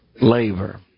Labor